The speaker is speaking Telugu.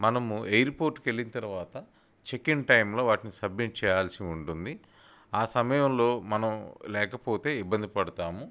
మనము ఎయిర్పోర్ట్కెళ్ళిన తరువాత చెక్ఇన్ టైంలో వాటిని సబ్మిట్ చేయాల్సి ఉంటుంది ఆ సమయంలో మనం లేకపోతే ఇబ్బంది పడతాము